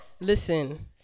listen